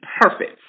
perfect